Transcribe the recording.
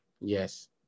Yes